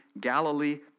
Galilee